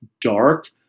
dark